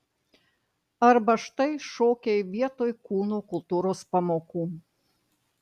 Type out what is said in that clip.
arba štai šokiai vietoj kūno kultūros pamokų